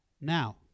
Now